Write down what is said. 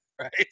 right